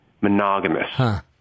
monogamous